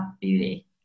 beauty